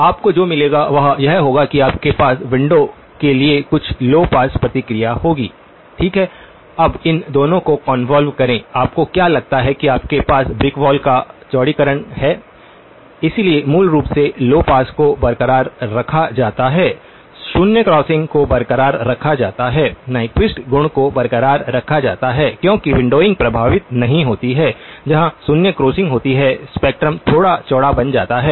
आपको जो मिलेगा वह यह होगा कि आपके पास विंडो के लिए कुछ लौ पास प्रतिक्रिया होगी ठीक है अब इन दोनों को कॉन्वॉल्व करें आपको क्या लगता है कि आपके पास ब्रिक वॉल का चौड़ीकरण है इसलिए मूल रूप से लौ पास को बरकरार रखा जाता है शून्य क्रॉसिंग को बरकरार रखा जाता है न्यक्विस्ट गुण को बरकरार रखा जाता है क्योंकि विण्डोविंग प्रभावित नहीं होता है जहां शून्य क्रॉसिंग होते हैं स्पेक्ट्रम थोड़ा चौड़ा बन जाता है